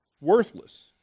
worthless